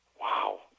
wow